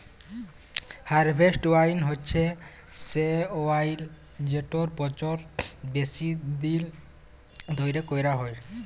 harvest wine হছে সে wine যেটর পচল বেশি দিল ধ্যইরে ক্যইরা হ্যয়